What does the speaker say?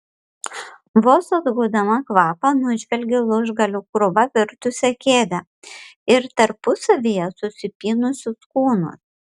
vos atgaudama kvapą nužvelgė lūžgalių krūva virtusią kėdę ir tarpusavyje susipynusius kūnus